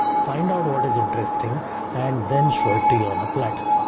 find out what is interesting and then show it to you on a platter.